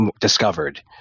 discovered